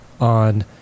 on